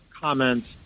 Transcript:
comments